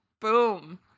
Boom